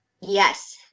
yes